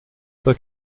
zur